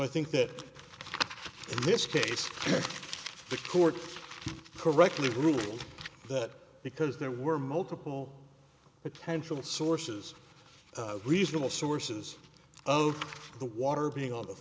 i think that this case the court correctly ruled that because there were multiple a potential sources of reasonable sources of the water being on the